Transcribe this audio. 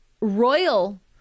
royal